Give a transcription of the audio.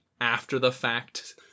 after-the-fact